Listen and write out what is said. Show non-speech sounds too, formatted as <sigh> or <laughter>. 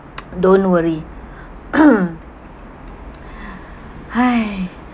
don't worry <coughs> !hais!